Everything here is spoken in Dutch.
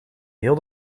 heel